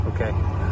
Okay